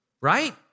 Right